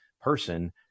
person